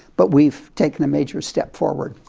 but we've taken a major step forward.